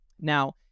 Now